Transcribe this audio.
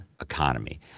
economy